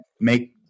make